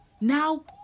Now